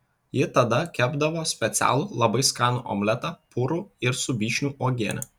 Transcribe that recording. ji tada kepdavo specialų labai skanų omletą purų ir su vyšnių uogiene